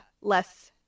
less